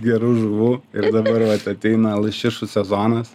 gerų žuvų ir dabar vat ateina lašišų sezonas